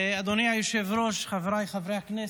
אדוני היושב-ראש, חבריי חברי הכנסת,